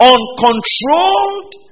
Uncontrolled